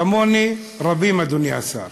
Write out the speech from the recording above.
כמוני רבים, אדוני השר.